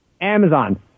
Amazon